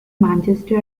manchester